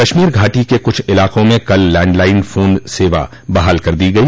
कश्मीर घाटी के कुछ इलाकों में कल लैंडलाइन फोन सवा बहाल कर दी गई